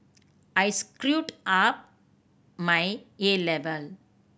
I screwed up my A level